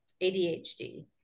ADHD